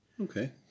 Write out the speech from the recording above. Okay